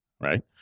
right